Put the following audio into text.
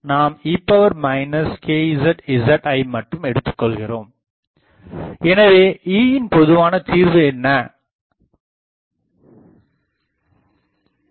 நாம் e jkzzஐ மட்டும் எடுத்துக்கொள்கிறோம் எனவே Eயின் பொதுவான தீர்வு என்பது என்ன